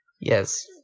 Yes